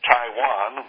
Taiwan